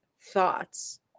Thoughts